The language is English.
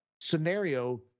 scenario